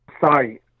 sorry